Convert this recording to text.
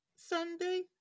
Sunday